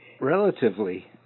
Relatively